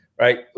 Right